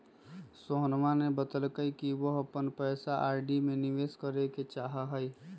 रोहनवा ने बतल कई कि वह अपन पैसा आर.डी में निवेश करे ला चाहाह हई